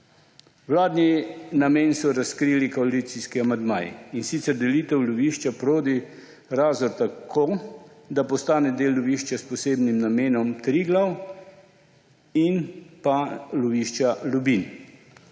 Vladni namen so razkrili koalicijski amandmaji, in sicer delitev lovišča Prodi-Razor tako, da postane del lovišča s posebnim namenom Triglav in pa lovišča Ljubinj.